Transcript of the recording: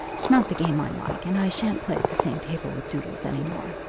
it's not the game i like, and i shan't play at the same table with doodles any more.